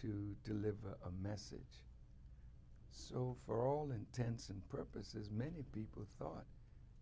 to deliver a message so for all intents and purposes many people thought